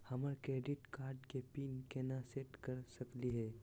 हमर credit card के PIN केना सेट कर सकली हे?